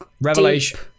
Revelation